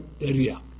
area